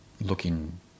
looking